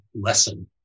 lesson